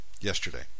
yesterday